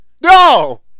No